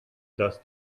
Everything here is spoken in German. das